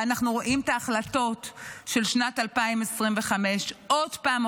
ואנחנו רואים את ההחלטות של שנת 2025. עוד פעם,